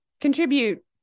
contribute